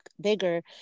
bigger